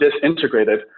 disintegrated